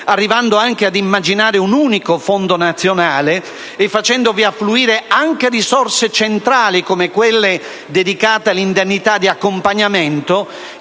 arrivando ad immaginare un unico fondo nazionale, in cui far affluire anche risorse centrali, come quelle dedicate all'indennità di accompagnamento,